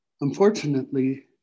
Unfortunately